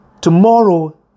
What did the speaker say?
tomorrow